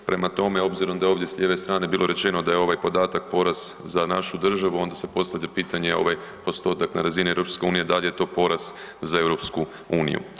Prema tome, obzirom da je ovdje s lijeve strane bilo rečeno da je ovaj podatak poraz za našu državu onda se postavlja pitanje ovaj postotak na razini EU dal je to poraz za EU?